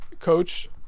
coach